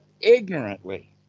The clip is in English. ignorantly